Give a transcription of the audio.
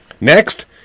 next